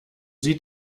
sie